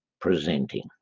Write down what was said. presenting